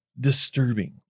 disturbing